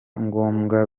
ngombwa